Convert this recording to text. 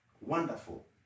wonderful